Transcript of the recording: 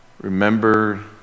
remember